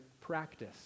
practice